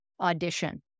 audition